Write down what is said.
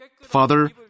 Father